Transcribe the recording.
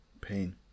pain